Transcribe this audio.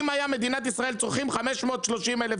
אם מדינת ישראל היו צורכים 530 אלף